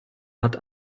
hat